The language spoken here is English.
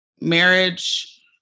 marriage